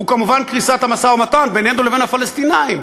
הוא כמובן קריסת המשא-ומתן בינינו לבין הפלסטינים,